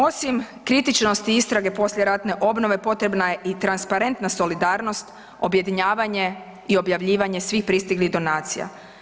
Osim kritičnosti istrage poslijeratne obnove, potrebna je i transparentna solidarnost, objedinjavanje i objavljivanje svih pristiglih donacija.